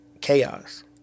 chaos